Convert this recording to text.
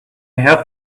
have